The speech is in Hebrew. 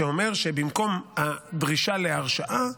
שאומר שבמקום הדרישה להרשעה,